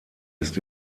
ist